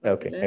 Okay